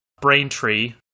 braintree